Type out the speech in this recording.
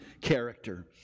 character